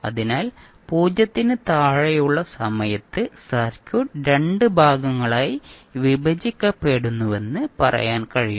അതിനാൽ 0 ന് താഴെയുള്ള സമയത്ത് സർക്യൂട്ട് 2 ഭാഗങ്ങളായി വിഭജിക്കപ്പെടുന്നുവെന്ന് പറയാൻ കഴിയും